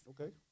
Okay